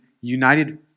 united